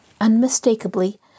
unmistakably